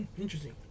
interesting